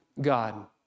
God